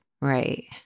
Right